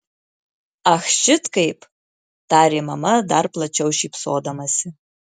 ach šit kaip tarė mama dar plačiau šypsodamasi